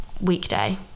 weekday